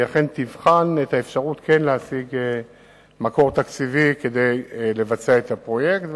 אכן תבחן את האפשרות להשיג מקור תקציבי כדי לבצע את הפרויקט,